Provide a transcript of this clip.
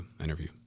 interview